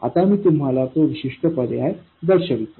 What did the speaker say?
आता मी तुम्हाला तो विशिष्ट पर्याय दर्शवितो